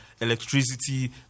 electricity